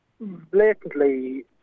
blatantly